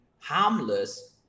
harmless